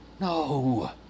No